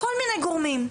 כל מיני גורמים,